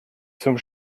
zum